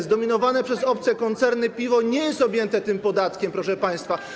Zdominowane przez obce koncerny piwo nie jest objęte tym podatkiem, proszę państwa.